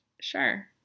Sure